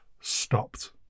stopped